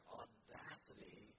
audacity